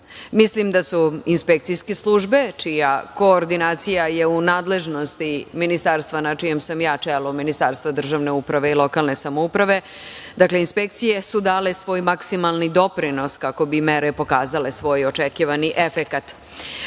Mislim da su inspekcijske službe, čija koordinacija je u nadležnosti ministarstva na čijem sam ja čelu, Ministarstva državne uprave i lokalne samouprave, dale svoj maksimalni doprinos kako bi mere pokazale svoj očekivani efekat. Apeli